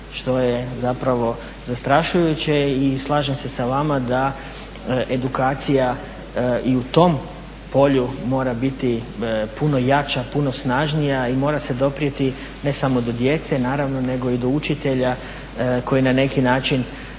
što je zapravo zastrašujuće i slažem se sa vama da edukacija i u tom polju mora biti puno jača, puno snažnija i mora se doprijeti ne samo do djece naravno nego i do učitelja koji na neki način